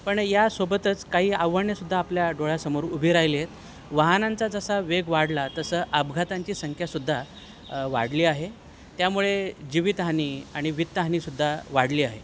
पण यासोबतच काही आव्हानंसुद्धा आपल्या डोळ्यासमोर उभी राहिली आहेत वाहनांचा जसा वेग वाढला तसं अपघातांची संख्यासुद्धा वाढली आहे त्यामुळे जीवितहानी आणि वित्तहानीसुद्धा वाढली आहे